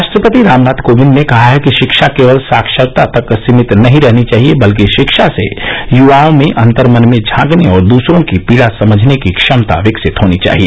राष्ट्रपति रामनाथ कोविंद ने कहा है कि रिक्षा केवल साक्षरता तक सीमित नहीं रहनी चाहिए बल्कि शिक्षा से युवाओं में अन्तरमन में झांकने और दूसरों की पीड़ा समझने की क्षमता विकसित होनी चाहिए